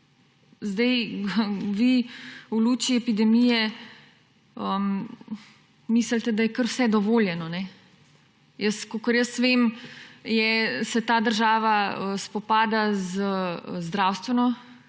Zdaj vi v luči epidemije mislite, da je kar vse dovoljeno. Kolikor jaz vem, se ta država spopada z zdravstveno